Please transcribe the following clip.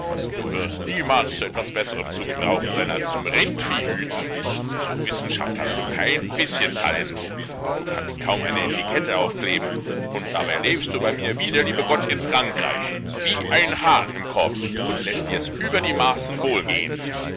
du wirst niemals zu etwas besserem zu gebrauchen sein als zum rindviehhüten zur wissenschaft hast du kein bißchen talent du kannst kaum eine etikette aufkleben und dabei lebst du bei mir wie der liebe gott in frankreich wie ein hahn im korb und läßt dirs über die maßen wohl gehn